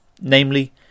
namely